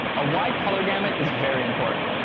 a wide color gamut is very important.